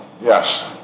yes